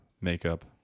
makeup